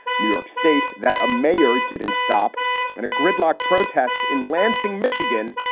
new york state that a mayor didn't stop and a gridlock protest in lansing, michigan,